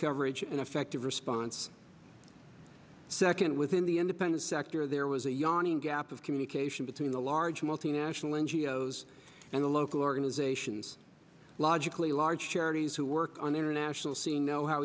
coverage and effective response second within the independent sector there was a yani and gap of communication between the large multinational n g o s and the local organizations logically large charities who work on the international scene know how